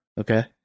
Okay